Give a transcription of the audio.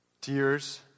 Tears